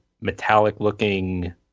metallic-looking